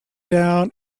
down